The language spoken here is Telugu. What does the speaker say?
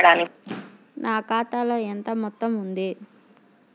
నా ఖాతాలో ఎంత మొత్తం ఉంది?